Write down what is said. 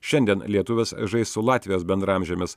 šiandien lietuvės žais su latvijos bendraamžėmis